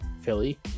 Philly